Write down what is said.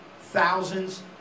thousands